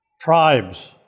tribes